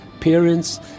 parents